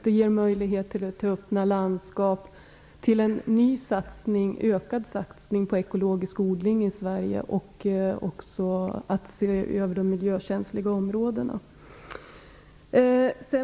Det ger möjligheter till öppna landskap, till en ny och ökad satsning på ekologisk odling i Sverige och möjligheter att se över de miljökänsliga områdena.